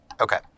Okay